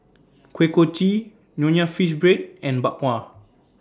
Kuih Kochi Nonya Fish Bread and Bak Kwa